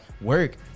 Work